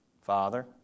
Father